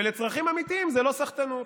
ולצרכים אמיתיים זה לא סחטנות.